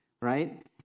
right